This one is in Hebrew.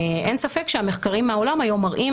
אין ספק שהמחקרים מהעולם היום מראים